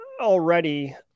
already